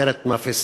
הסרט "מפיסטו",